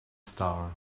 star